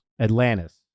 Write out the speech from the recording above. Atlantis